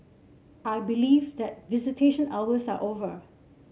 I believe that visitation hours are over